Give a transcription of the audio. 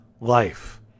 life